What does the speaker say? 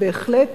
בהחלט,